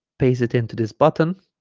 paste it into this button